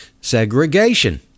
segregation